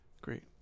Great